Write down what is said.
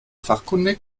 fachkundig